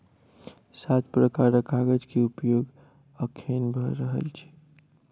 सात प्रकारक कागज के उपयोग अखैन भ रहल छै